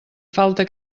falta